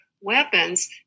weapons